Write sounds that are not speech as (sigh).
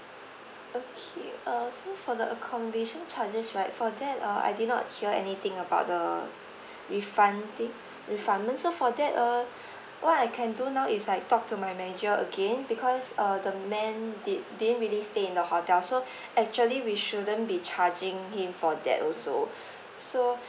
okay uh so for the accommodation charges right for that uh I did not hear anything about the refund thing refundment so for that uh what I can do now is like talk to my manager again because uh the man did didn't really stay in the hotel so (breath) actually we shouldn't be charging him for that also so